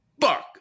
Fuck